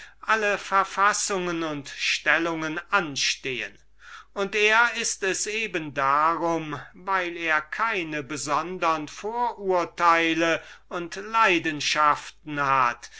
alle verfassungen und stellungen anstehen und er ist es eben darum weil er keine besondre vorurteile und leidenschaften hat